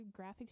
graphics